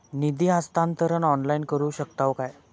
निधी हस्तांतरण ऑनलाइन करू शकतव काय?